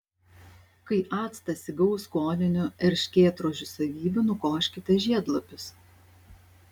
kai actas įgaus skoninių erškėtrožių savybių nukoškite žiedlapius